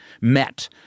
met